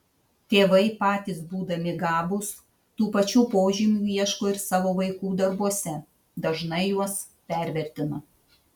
tėvai patys būdami gabūs tų pačių požymių ieško ir savo vaikų darbuose dažnai juos pervertina